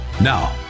Now